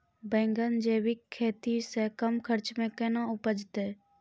बैंगन जैविक खेती से कम खर्च मे कैना उपजते?